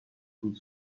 could